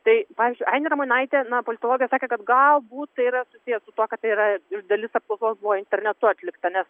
tai pavyzdžiui ainė ramonaitė politologė sakė kad galbūt tai yra susiję su tuo kad tai yra dalis apklausos buvo internetu atlikta nes